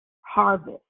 harvest